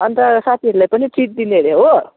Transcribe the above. अन्त साथीहरूलाई पनि ट्रिट दिनेहरे हो